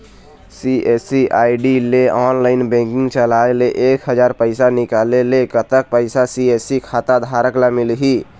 CSC ID ले online banking चलाए ले एक हजार पैसा निकाले ले कतक पैसा सी.एस.सी खाता धारक ला मिलही?